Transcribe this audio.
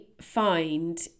find